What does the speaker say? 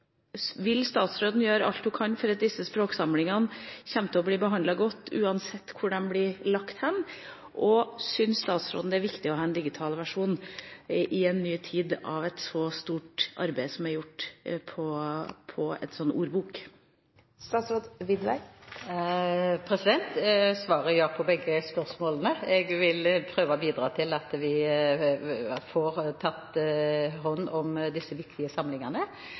Vil statsråden gjøre alt hun kan for at disse språksamlingene vil bli behandlet godt uansett hvor de blir lagt hen, og syns statsråden det er viktig å ha en digital versjon, i en ny tid, av det store arbeidet som er gjort med en sånn ordbok? Svaret er ja på begge spørsmålene. Jeg vil prøve å bidra til at vi får tatt hånd om disse viktige